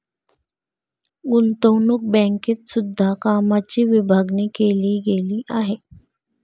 गुतंवणूक बँकेत सुद्धा कामाची विभागणी केली गेली आहे